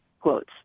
quotes